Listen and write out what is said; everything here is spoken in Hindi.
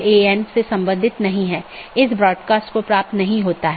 इसलिए पथ को परिभाषित करना होगा